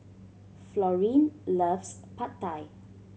Florene loves Pad Thai